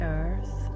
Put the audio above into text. earth